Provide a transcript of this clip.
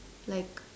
like